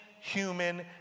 human